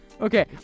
Okay